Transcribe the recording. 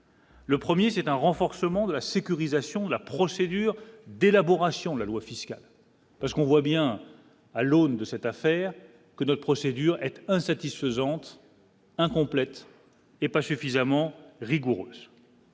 Le 1er c'est un renforcement de la sécurisation de la procédure d'élaboration de la loi fiscale parce qu'on voit bien à l'aune de cette affaire que notre procédure insatisfaisante. Incomplète et pas suffisamment rigoureuse.